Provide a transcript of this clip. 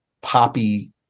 poppy